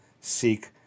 seek